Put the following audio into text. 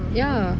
ya